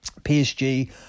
PSG